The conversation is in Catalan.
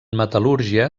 metal·lúrgia